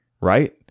right